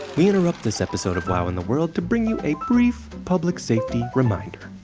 we interrupt this episode of wow in the world to bring you a brief public safety reminder